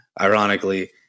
ironically